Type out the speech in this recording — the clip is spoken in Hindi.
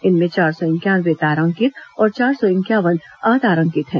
इनमें चार सौ इंक्यानवे तारांकित और चार सौ इंक्यावन अतारांकित हैं